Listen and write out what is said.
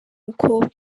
mukobwa